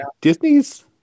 disney's